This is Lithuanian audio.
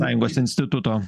sąjungos instituto